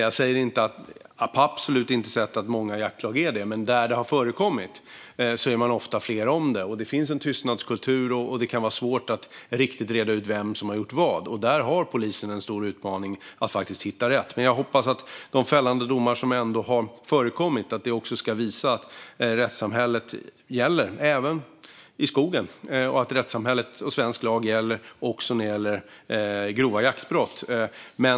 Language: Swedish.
Jag säger absolut inte att det är så i många jaktlag, men där detta har förekommit är man ofta flera om det. Det finns en tystnadskultur, och det kan vara svårt att riktigt reda ut vem som har gjort vad. Där har polisen en stor utmaning när det gäller att hitta rätt. Jag hoppas att de fällande domar som ändå har förekommit ska visa att rättssamhället gäller - även i skogen. Rättssamhället och svensk lag gäller också vid grova jaktbrott.